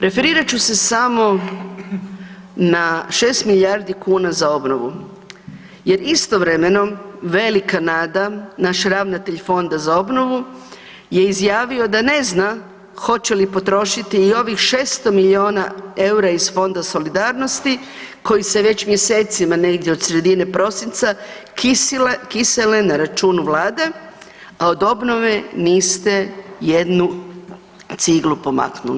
Referirat ću se samo na 6 milijardi kuna za obnovu jer istovremeno velika nada, naš ravnatelj Fonda za obnovu je izjavio da ne zna hoće li potrošiti i ovih 600 milijuna EUR-a iz Fonda solidarnosti koji se već mjesecima negdje od sredine prosinca kisele na računu vlade, a od obnove niste jednu ciglu pomaknuli.